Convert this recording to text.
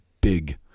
big